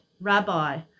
Rabbi